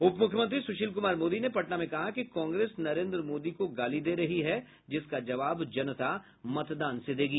उपमुख्यमंत्री सुशील कुमार मोदी ने पटना में कहा कि कांग्रेस नरेन्द्र मोदी को गाली दे रही है जिसका जवाब जनता मतदान से देगी